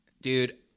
Dude